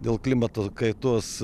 dėl klimato kaitos